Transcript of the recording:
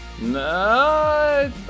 no